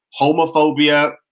homophobia